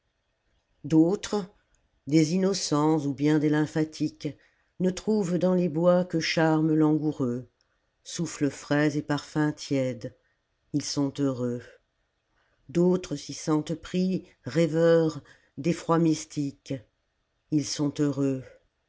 d'autres des innocents ou bien des lymphatiques ne trouvent dans les bois que charmes langoureux souffles frais et parfums tièdes ils sont heureux d'autres s'y sentent pris rêveurs deffrois mystiques ils sont heureux